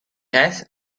has